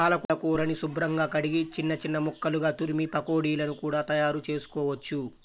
పాలకూరని శుభ్రంగా కడిగి చిన్న చిన్న ముక్కలుగా తురిమి పకోడీలను కూడా తయారుచేసుకోవచ్చు